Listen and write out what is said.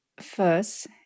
First